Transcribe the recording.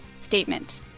statement